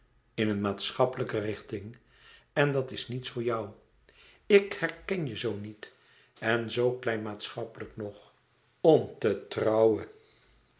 in een maatschappelijke richting en dat is niets voor jou ik herken je zoo niet en zoo klein maatschappelijk nog om te trouwen